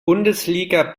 bundesliga